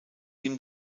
ihm